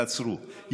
תעצרו,